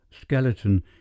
skeleton